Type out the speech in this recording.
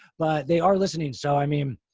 but they are listening. so, i mean,